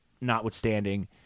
notwithstanding